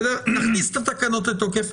נכניס את התקנות לתוקף.